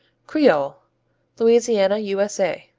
creole louisiana, u s a.